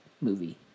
movie